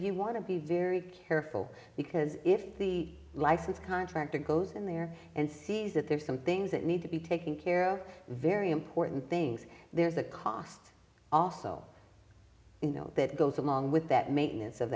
you want to be very careful because if the licensed contractor goes in there and sees that there's some things that need to be taken care of very important things there's a cost also that goes along with that maintenance of